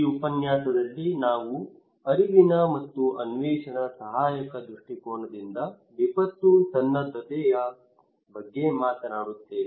ಈ ಉಪನ್ಯಾಸದಲ್ಲಿ ನಾವು ಅರಿವಿನ ಮತ್ತು ಅನ್ವೇಷಣ ಸಹಾಯಕ ದೃಷ್ಟಿಕೋನದಿಂದ ವಿಪತ್ತು ಸನ್ನದ್ಧತೆಯ ಬಗ್ಗೆ ಮಾತನಾಡುತ್ತೇವೆ